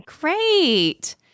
Great